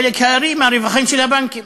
חלק הארי, מהרווחים של הבנקים.